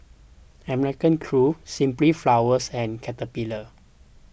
American Crew Simply Flowers and Caterpillar